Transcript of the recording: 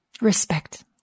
Respect